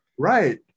Right